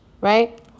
right